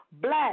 black